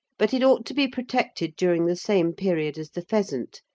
but it ought to be protected during the same period as the pheasant,